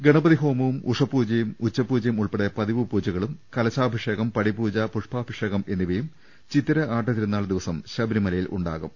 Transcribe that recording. ഗണപതി ഹോമവും ഉഷപൂജയും ഉച്ചപൂജയും ഉൾപ്പെടെ പതിവ് പൂജകളും കലാശാഭിഷേകം പടിപൂജ പുഷ്പാഭിഷേകം എന്നിവയും ചിത്തിര ആട്ട തിരുനാൾ ദിവസം ശബരിമലയിൽ ഉണ്ടാകും